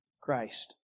Christ